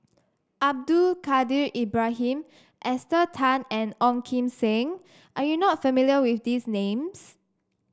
Abdul Kadir Ibrahim Esther Tan and Ong Kim Seng are you not familiar with these names